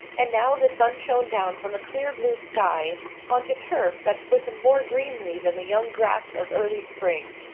and now the sun shone down from a clear blue sky on to turf that glistened more greenly than the young grass of early spring.